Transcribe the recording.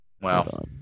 Wow